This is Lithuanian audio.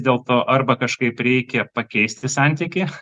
dėl to arba kažkaip reikia pakeisti santykį